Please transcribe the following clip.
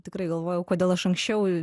tikrai galvojau kodėl aš anksčiau